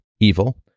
evil